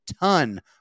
ton